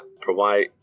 provide